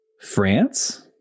France